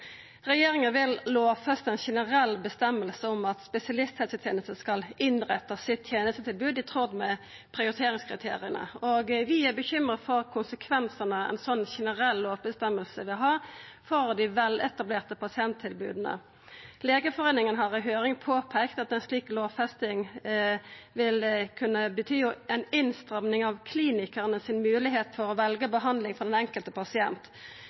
Regjeringa vil lovfesta ei generell føresegn om at spesialisthelsetenesta skal innretta tenestetilbodet sitt i tråd med prioriteringskriteria. Vi er bekymra for konsekvensane ei slik generell lovføresegn vil ha for dei veletablerte pasienttilboda. Legeforeningen har i høyring påpeikt at ei slik lovfesting vil kunna bety ei innstramming av den moglegheita klinikarane har for å velja behandling for den enkelte pasient